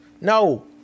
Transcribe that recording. No